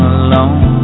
alone